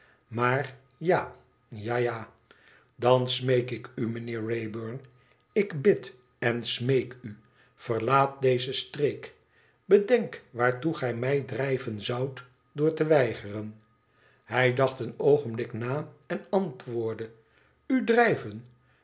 maar ja ja ja dan smeek ik u mijnheer wraybum ik bid en smeek u verlaat deze streek bedenk waartoe gij mij drijven zoudt door te weigeren hij dacht een oogenblik na en antwoordde u drijven